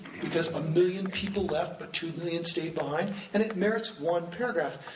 because a million people left, but two million stayed behind, and it merits one paragraph.